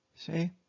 See